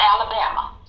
Alabama